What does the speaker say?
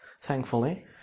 thankfully